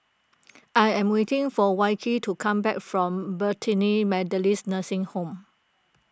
I am waiting for Wilkie to come back from Bethany Methodist Nursing Home